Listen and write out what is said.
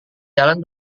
jalan